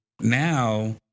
now